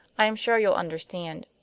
i am sure you'll understand.